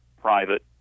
private